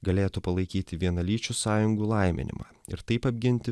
galėtų palaikyti vienalyčių sąjungų laiminimą ir taip apginti